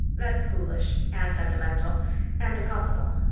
that's foolish and sentimental and impossible.